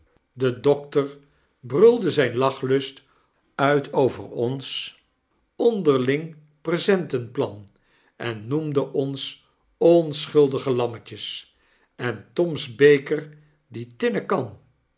de dokter brulde zyn lachlust uit over ons onderling presenten-plan en noemde ons onschuldige lammetjes en tom's beker die tinnen kan